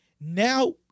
now